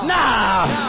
Now